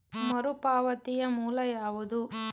ಮರುಪಾವತಿಯ ಮೂಲ ಯಾವುದು?